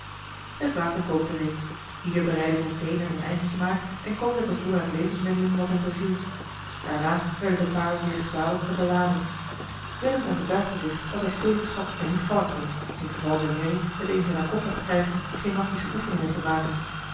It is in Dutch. het water kookte reeds ieder bereidde zijn thee naar zijn eigen smaak en koos uit den voorraad levensmiddelen wat hem beviel daarna werden de paarden weer gezadeld en beladen willem overtuigde zich dat hij stevig zat en niet vallen kon ingeval zijne merrie het eens in haar kop mocht krijgen gymnastische oefeningen te maken